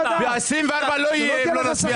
ב-2024 לא יהיה אם לא נצביע